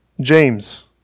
James